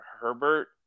Herbert